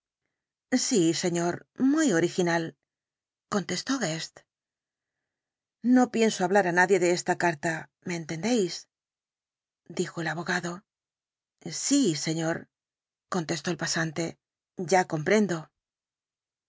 sí señor muy original contestó guest lío pienso hablar á nadie de esta carta me entendéis dijo el abogado sí señor contestó el pasante ya comprendo